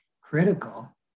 critical